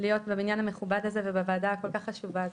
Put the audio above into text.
להיות במניין המכובד הזה ובוועדה כל כך חשובה הזאת.